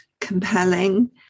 compelling